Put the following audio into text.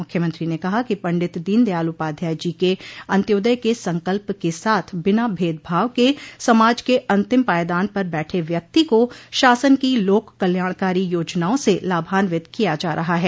मुख्यमंत्री ने कहा कि पंडित दीन दयाल उपाध्याय जी के अन्त्योदय के संकल्प के साथ बिना भेदभाव के समाज के अंतिम पायदान पर बैठे व्यक्ति को शासन की लोक कल्याणकारी योजनाओं से लाभान्वित किया जा रहा है